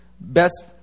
best